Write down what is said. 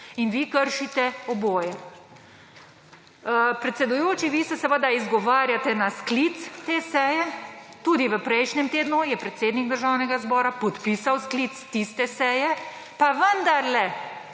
In vi kršite oboje. Predsedujoči, vi se seveda izgovarjate na sklic te seje, tudi v prejšnjem tednu je predsednik Državnega zbora podpisal sklic tiste seje, pa vendarle